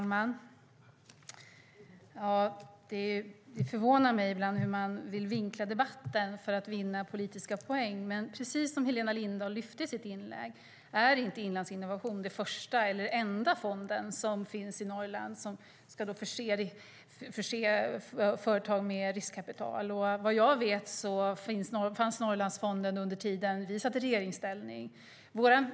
Herr talman! Det förvånar mig ibland hur man vill vinkla debatten för att vinna politiska poäng. Precis som Helena Lindahl nämner är dock Inlandsinnovation inte den första eller enda fond som finns i Norrland och som ska förse företag med riskkapital - vad jag vet fanns Norrlandsfonden under tiden vi satt i regeringsställning.